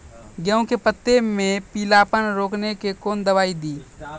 गेहूँ के पत्तों मे पीलापन रोकने के कौन दवाई दी?